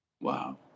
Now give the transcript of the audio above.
Wow